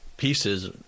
Pieces